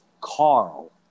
Carl